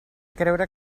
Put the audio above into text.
creure